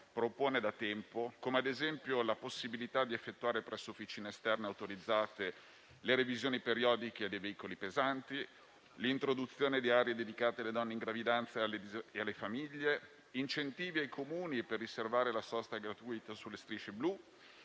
propone da tempo, come, ad esempio, la possibilità di effettuare presso officine esterne autorizzate le revisioni periodiche dei veicoli pesanti, l'introduzione di aree dedicate alle donne in gravidanza e alle famiglie, incentivi ai Comuni per riservare la sosta gratuita sulle strisce blu